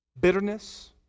bitterness